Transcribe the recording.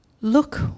Look